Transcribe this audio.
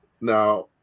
now